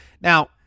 Now